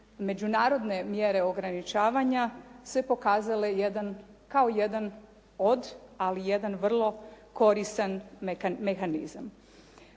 međunarodne mjere ograničavanja se pokazale jedan, kao jedan od, ali jedan vrlo koristan mehanizam.